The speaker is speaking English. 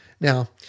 Now